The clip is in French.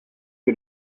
que